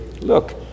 look